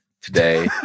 today